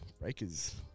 Breakers